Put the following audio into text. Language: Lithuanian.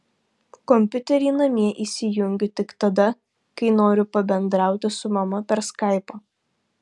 kompiuterį namie įsijungiu tik tada kai noriu pabendrauti su mama per skaipą